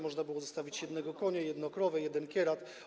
Można było zostawić jednego konia, jedną krowę, jeden kierat.